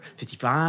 55